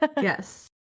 Yes